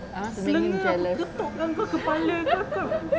I want to make him jealous